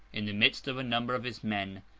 in the midst of a number of his men,